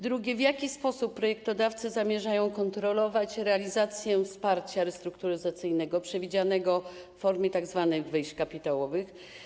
Drugie: W jaki sposób projektodawcy zamierzają kontrolować realizację wsparcia restrukturyzacyjnego przewidzianego w formie tzw. wejść kapitałowych?